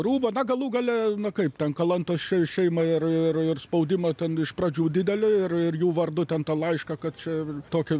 rūbą na galų gale kaip ten kalantos šei šeima ir ir ir spaudimą ten iš pradžių didelį ir jų vardu ten tą laišką kad čia tokio